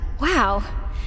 Wow